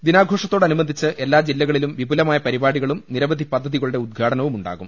ദിനാഘോഷത്തോടനുബന്ധിച്ച് എല്ലാ ജില്ലകളിലും വിപുലമായ പരിപാടികളും നിരവധി പദ്ധതികളുടെ ഉദ്ഘാടന വുമുണ്ടാകും